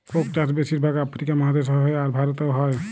Coke চাষ বেশির ভাগ আফ্রিকা মহাদেশে হ্যয়, আর ভারতেও হ্য়য়